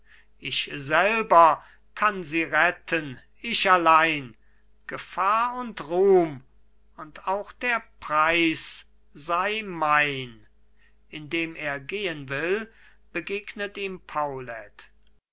ich selber kann sie retten ich allein gefahr und ruhm und auch der preis sei mein indem er gehen will begegnet ihm